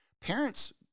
parents –